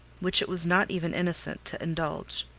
which it was not even innocent to indulge.